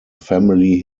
family